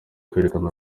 kwerekana